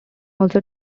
also